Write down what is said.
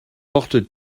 porte